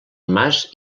mas